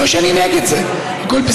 לא תמיד יש ערבים כאלה כאן בימי שני